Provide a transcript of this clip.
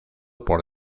por